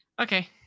Okay